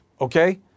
Okay